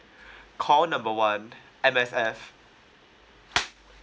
call number one M_S_F